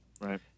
right